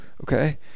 Okay